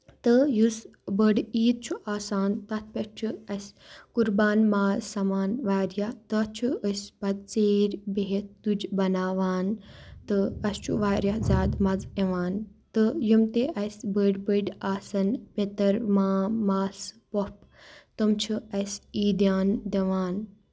تہٕ یُس بٔڑ عیٖد چھُ آسان تَتھ پٮ۪ٹھ چھُ اَسہِ قُربان ماز سَمان واریاہ تَتھ چھِ أسۍ پَتہٕ ژیٖرۍ بِہِتھ تُج بَناوان تہٕ اَسہِ چھُ واریاہ زیادٕ مَزٕ یِوان تہٕ یِم تہِ اَسہِ بٔڑۍ بٔڑۍ آسان پِتٕر مام مَاس پۄپھ تِم چھِ اَسہِ عیٖدیان دِوان